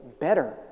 better